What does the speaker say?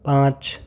पाँच